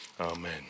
Amen